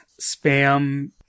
spam